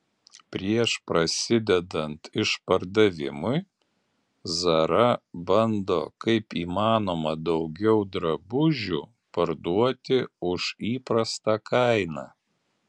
prieš prasidedant išpardavimui zara bando kaip įmanoma daugiau drabužių parduoti už įprastą kainą